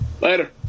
Later